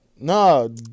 No